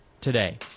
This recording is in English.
today